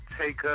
take